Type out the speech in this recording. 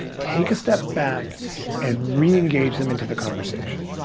take a step back and reengage them into the conversation.